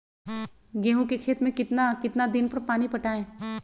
गेंहू के खेत मे कितना कितना दिन पर पानी पटाये?